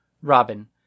Robin